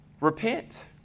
Repent